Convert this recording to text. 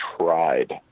tried